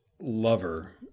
lover